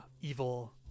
evil